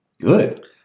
good